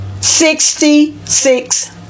Sixty-six